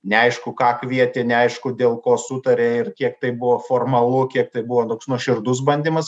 neaišku ką kvietė neaišku dėl ko sutarė ir kiek tai buvo formalu kiek tai buvo toks nuoširdus bandymas